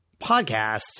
podcast